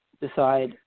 decide